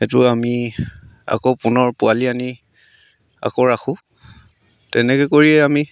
এইটো আমি আকৌ পুনৰ পোৱালি আনি আকৌ ৰাখোঁ তেনেকৈ কৰিয়ে আমি